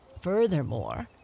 Furthermore